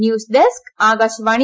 news desk Akashvani